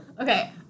Okay